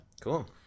Cool